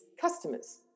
customers